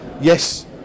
Yes